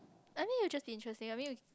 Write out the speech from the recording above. I mean is just interesting I mean